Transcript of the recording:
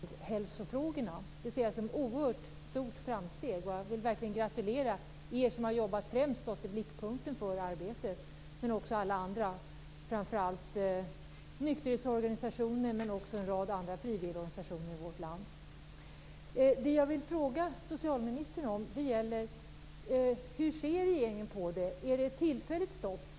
Herr talman! Jag vill först gratulera både regeringen och Systembolaget för att man i denna fråga har lyckats hävda den svenska synen på alkohol och folkhälsofrågorna. Det ser jag som ett oerhört framsteg. Jag vill verkligen gratulera er som har jobbat med detta och er som främst har stått i blickpunkten i arbetet. Jag vill också gratulera alla andra - framför allt nykterhetsorganisationer, men också en rad andra frivilligorganisationer i vårt land. Det jag vill fråga socialministern är: Hur ser regeringen på detta? Är det ett tillfälligt stopp?